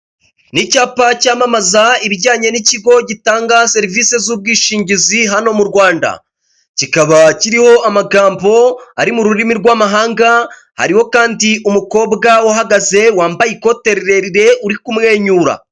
N'icyapa cyamamaza ibijyanye n'ikigo gitanga serivisi z'ubwishingizi hano mu rwanda kikaba kiriho amagambo ari mu rurimi rw'amahanga hariho kandi umukobwa uhagaze wambaye ikote rirerire uri kumwenyura.